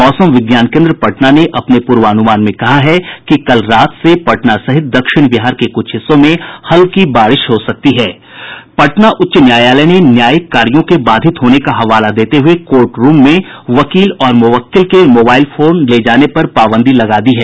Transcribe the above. मौसम विज्ञान केन्द्र पटना ने अपने पूर्वानुमान में कहा है कि कल रात से पटना सहित दक्षिण बिहार के कुछ हिस्सों में हल्की बारिश हो सकती है पटना उच्च न्यायालय ने न्यायिक कार्यों के बाधित होने का हवाला देते हुए कोर्ट रूम में वकील और मुवक्किल के मोबाइल फोन ले जाने पर पाबन्दी लगा दी है